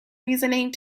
reasoning